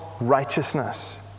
righteousness